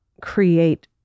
create